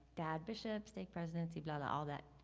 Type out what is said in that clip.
dad bishop, state presidency, blah blah, all that,